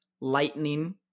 Lightning